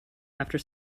after